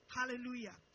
Hallelujah